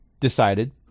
decided